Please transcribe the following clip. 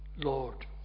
Lord